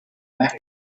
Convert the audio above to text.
marry